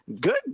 Good